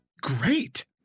great